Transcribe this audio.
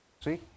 See